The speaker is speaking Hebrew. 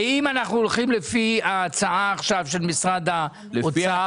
ואם אנחנו הולכים לפי ההצעה הנוכחית של משרד האוצר,